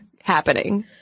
happening